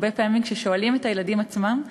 הרבה פעמים כששואלים את הילדים עצמם,